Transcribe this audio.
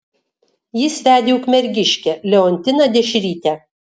jis vedė ukmergiškę leontiną dešrytę